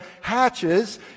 hatches